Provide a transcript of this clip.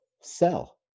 sell